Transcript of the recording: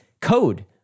code